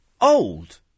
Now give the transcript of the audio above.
old